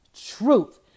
truth